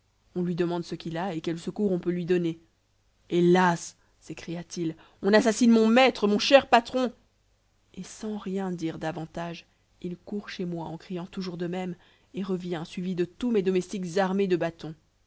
on lui demande ce qu'il a et quel secours on peut lui donner hélas s'écria-t-il on assassine mon maître mon cher patron et sans rien dire davantage il court chez moi en criant toujours de même et revient suivi de tous mes domestiques armés de bâtons